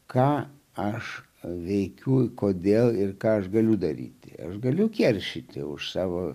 ką aš veikiu kodėl ir ką aš galiu daryti aš galiu keršyti už savo